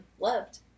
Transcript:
loved